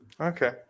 Okay